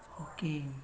Okay